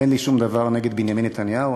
אין לי שום דבר נגד בנימין נתניהו.